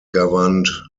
governed